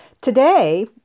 Today